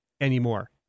anymore